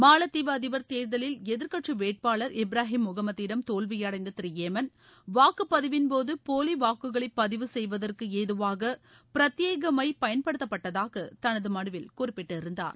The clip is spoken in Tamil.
மாலத்தீவு அதிபர் தேர்தலில் எதிர்க்கட்சி வேட்பாளர் இப்ராஹிம் முகமதிடம் தோல்வியடைந்த திரு ஏமன் வாக்குப்பதிவின்போது போலி வாக்குகளை பதிவு செய்வதற்கு ஏதுவாக பிரத்யேக மை பயன்படுத்தப்பட்டதாக தனது மனுவில் குறிப்பிட்டிருந்தார்